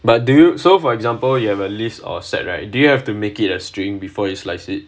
but do you so for example you have a list or set right do you have to make it a string before you slice it